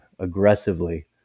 aggressively